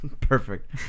Perfect